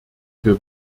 für